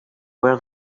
where